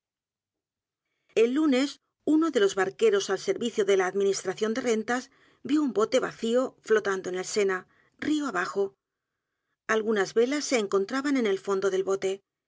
el lunes uno de los barqueros al servicio de la administración de rentas vio un bote vacío flotando en el sena río abajo algunas velas se encontraban en el fondo del bote